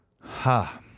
ha